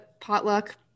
potluck